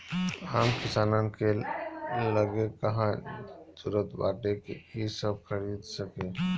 आम किसानन के लगे कहां जुरता बाटे कि इ सब खरीद सके